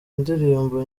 indirimbo